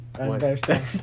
Understand